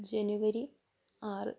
ജനുവരി ആറ്